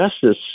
justice